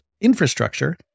infrastructure